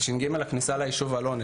את ש"ג הכניסה ליישוב אלון,